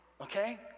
Okay